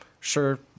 sure